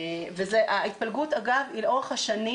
ההתפלגות היא לאורך השנים.